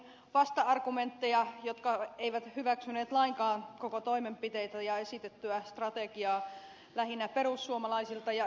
ukkolalta vasta argumentteja joissa he eivät hyväksyneet lainkaan koko toimenpiteitä ja esitettyä strategiaa